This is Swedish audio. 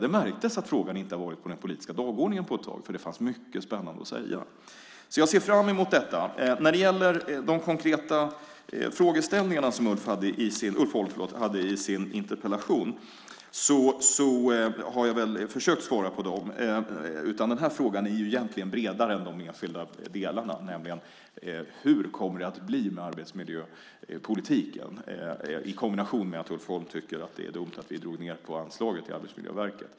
Det märktes att frågan inte har varit på den politiska dagordningen på ett tag, för det fanns mycket spännande att säga. Jag ser fram emot detta. När det gäller de konkreta frågeställningarna som Ulf Holm hade i sin interpellation så har jag försökt svara på dem. Frågan är egentligen bredare än de enskilda delarna och handlar om hur det kommer att bli med arbetsmiljöpolitiken i kombination med att Ulf Holm tycker att det var dumt att vi drog ned på anslaget till Arbetsmiljöverket.